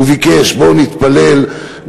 הוא ביקש: בואו נתפלל ביחד,